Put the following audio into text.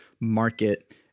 market